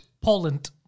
Poland